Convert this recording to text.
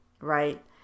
right